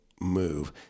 move